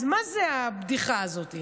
אז מה זה הבדיחה הזאת?